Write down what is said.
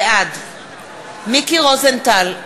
בעד מיקי רוזנטל,